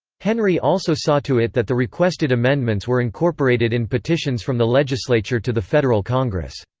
henry also saw to it that the requested amendments were incorporated in petitions from the legislature to the federal congress.